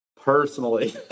personally